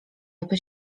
aby